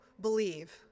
believe